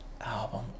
album